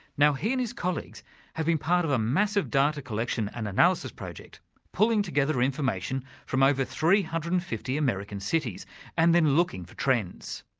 now he and his colleagues have been part of a massive data collection and analysis project pulling together information from over three hundred and fifty american cities and looking for trends.